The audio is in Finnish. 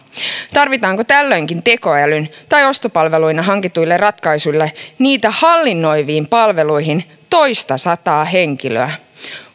tarvitaanko tällöinkin tekoälynä tai ostopalveluina hankituille ratkaisuille niitä hallinnoiviin palveluihin toistasataa henkilöä